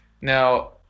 Now